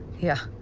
yeah.